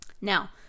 Now